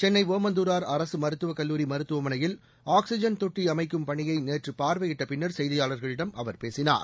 சென்னை ஒமந்தூரார் அரசு மருத்துவக் கல்லூரி மருத்துவமனையில் ஆக்ஸிஜன் தொட்ட அமைக்கும் பணியை நேற்று பார்வையிட்ட பின்னர் செய்தியாளர்களிடம் அவர் பேசினார்